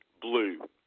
blue